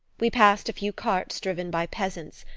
we passed a few carts driven by peasants,